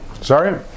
Sorry